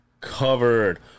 covered